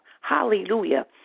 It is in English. Hallelujah